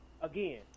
again